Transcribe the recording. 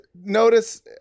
notice